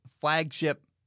flagship